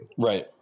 Right